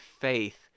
faith